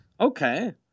Okay